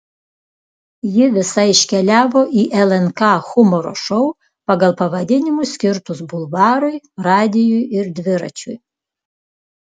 ji visa iškeliavo į lnk humoro šou pagal pavadinimus skirtus bulvarui radijui ir dviračiui